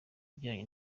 bijyanye